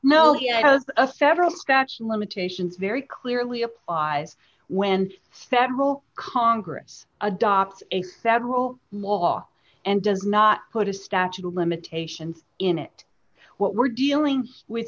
here a federal statute of limitations very clearly applies when federal congress adopts a federal law and does not put a statute of limitations in it what we're dealing with